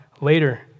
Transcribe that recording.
later